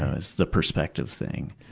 it's the perspective thing.